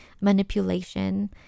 manipulation